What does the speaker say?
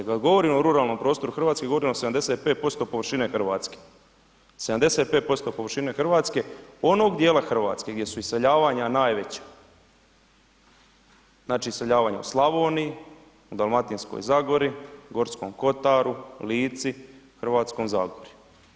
Kada govorim o ruralnom prostoru Hrvatske govorim o 75% površine Hrvatske, 75% površine Hrvatske, onog dijela Hrvatske gdje su iseljavanja najveća, znači iseljavanja u Slavoniji u Dalmatinskoj zagori, Gorskom kotaru, Lici, Hrvatskom zagorju.